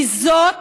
כי זאת